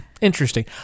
Interesting